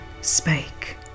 spake